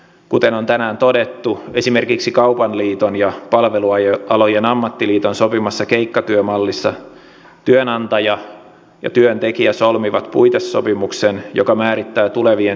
kuten on tänään todettu esimerkiksi kaupan liiton ja palvelualojen ammattiliiton sopimassa keikkatyömallissa työnantaja ja työntekijä solmivat puitesopimuksen joka määrittää tulevien työkeikkojen ehdot